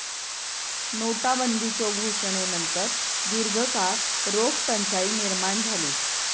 नोटाबंदीच्यो घोषणेनंतर दीर्घकाळ रोख टंचाई निर्माण झाली